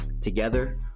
Together